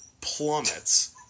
plummets